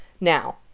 Now